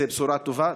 זאת בשורה טובה.